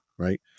right